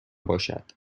باشد